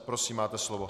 Prosím, máte slovo.